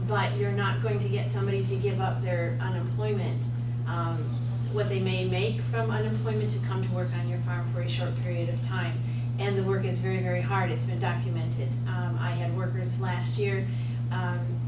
but you're not going to get somebody to give up their unemploymenth what they may make from unemployment to come to work on your farm for a short period of time and the work is very very hard it's been documented i had workers last year